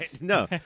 No